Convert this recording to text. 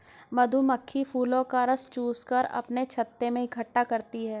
मधुमक्खी फूलों का रस चूस कर अपने छत्ते में इकट्ठा करती हैं